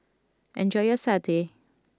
enjoy your Satay